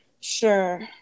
Sure